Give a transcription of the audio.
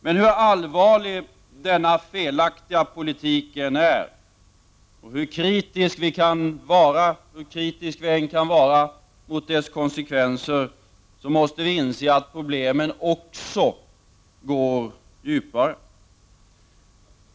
Men hur allvarlig denna felaktiga politik än är, och hur kritiska vi än kan vara mot dess konsekvenser, måste vi inse att problemen också går djupare.